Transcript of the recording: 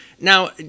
Now